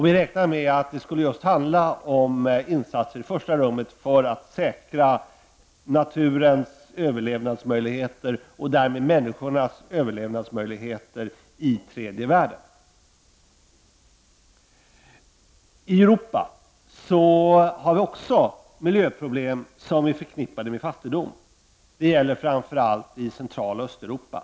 Vi räknar med att det i första hand rör sig om insatser för att säkra naturens överlevnadsmöjligheter och därmed människornas i tredje världen överlevnadsmöjligheter. I Europa har vi också miljöproblem som är förknippade med fattigdom. Framför allt gäller det i Central och Östeuropa.